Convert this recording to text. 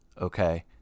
Okay